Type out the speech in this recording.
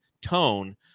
tone